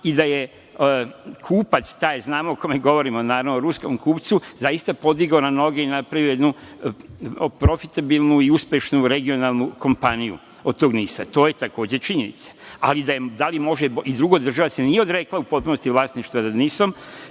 i da je kupac taj, znamo o kome govorimo, naravno, o ruskom kupcu, zaista podigao na noge i napravio jednu profitabilnu i uspešnu regionalnu kompaniju od tog NIS-a. To je takođe činjenica. Drugo, država se nije odrekla u potpunosti vlasništva nad